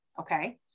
Okay